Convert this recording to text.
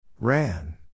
Ran